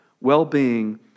well-being